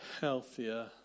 healthier